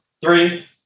three